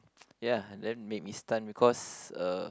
ya that made me stunned because uh